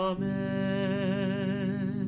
Amen